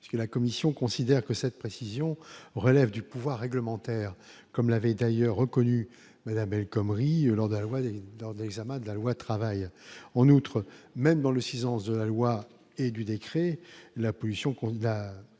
la Commission considère que cette précision relève du pouvoir réglementaire, comme l'avait d'ailleurs reconnu, mais l'Amérique Lamdaoui dans l'examen de la loi travail, en outre, même dans le 6 ans s'de la loi et du décret, la pollution